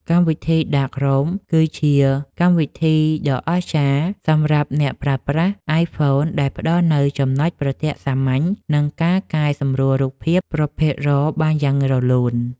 កម្មវិធី ដាករូម គឺជាកម្មវិធីដ៏អស្ចារ្យសម្រាប់អ្នកប្រើប្រាស់ អាយហ្វូន ដែលផ្តល់នូវចំណុចប្រទាក់សាមញ្ញ និងការកែសម្រួលរូបភាព ប្រភេទរ៉រ បានយ៉ាងរលូន។